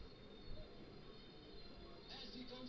जइसे भारत में एक ठे इन्टरनेट बाजार हौ